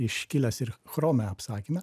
iškilęs ir chrome apsakyme